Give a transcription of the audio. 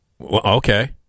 Okay